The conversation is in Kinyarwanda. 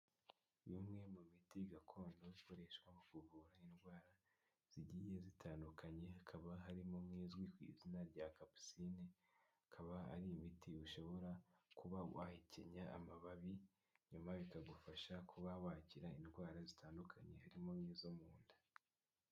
Bimwe mu biti gakondo ikoreshwa mu kuvura indwara zigiye zitandukanye hakaba harimo nk’izwi ku izina rya kapucine akaba ari imiti ushobora kuba wahekenya amababi nyuma bikagufasha kuba wakira indwara zitandukanye harimo n'izo mu nda.